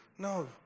No